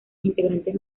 integrantes